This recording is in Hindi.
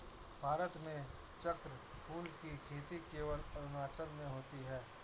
भारत में चक्रफूल की खेती केवल अरुणाचल में होती है